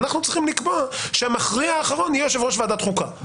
אנחנו צריכים לקבוע שהמכריע האחרון יהיה יושב-ראש ועדת החוקה,